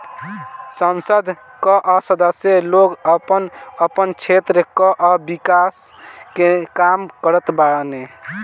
संसद कअ सदस्य लोग आपन आपन क्षेत्र कअ विकास के काम करत बाने